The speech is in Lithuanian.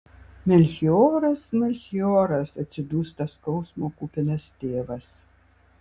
melchioras melchioras atsidūsta skausmo kupinas tėvas